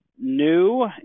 new